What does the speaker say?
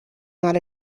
not